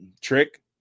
Trick